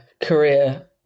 career